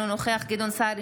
אינו נוכח גדעון סער,